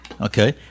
Okay